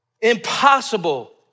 impossible